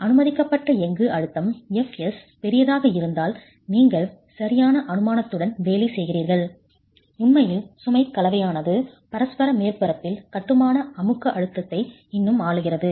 அனுமதிக்கப்பட்ட எஃகு அழுத்தம் Fs பெரியதாக இருந்தால் நீங்கள் சரியான அனுமானத்துடன் வேலை செய்கிறீர்கள் உண்மையில் சுமை கலவையானது பரஸ்பர மேற்பரப்பில் கட்டுமான அமுக்க அழுத்தத்தை இன்னும் ஆளுகிறது